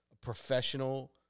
professional